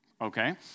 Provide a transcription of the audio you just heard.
okay